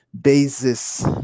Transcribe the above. basis